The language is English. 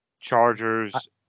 Chargers